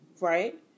right